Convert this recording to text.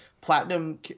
platinum